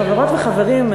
חברות וחברים,